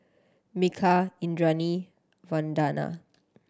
Milkha Indranee Vandana